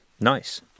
Nice